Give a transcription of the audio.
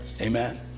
Amen